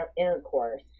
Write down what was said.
intercourse